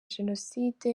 jenoside